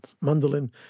mandolin